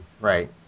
Right